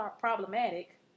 problematic